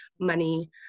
money